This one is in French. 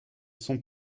sont